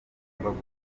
tugomba